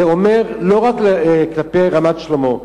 זה אומר לא רק כלפי רמת-שלמה,